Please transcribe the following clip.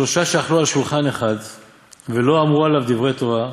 שלושה שאכלו על שולחן אחד ולא אמרו עליו דברי תורה,